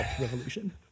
revolution